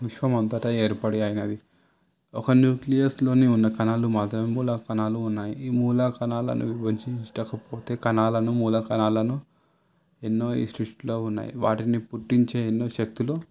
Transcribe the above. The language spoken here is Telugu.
విశ్వం అంతటా ఏర్పడినది ఒక్క న్యూక్లియస్లోని ఉన్న కణాలు మాత్రమే మూల కణాలు ఉన్నాయి ఈ మూల కణాలను విభజించుటకు పోతే కణాలను మూలకణాలను ఎన్నో ఈ సృష్టిలో ఉన్నాయి వాటిని పుట్టించే ఎన్నో శక్తులు